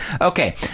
okay